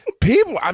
people